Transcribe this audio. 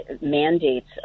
mandates